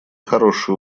хороший